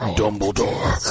dumbledore